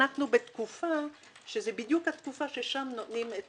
אנחנו בתקופה שזה בדיוק התקופה שבה נותנים את